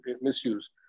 misuse